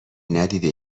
ندیده